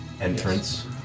entrance